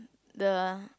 the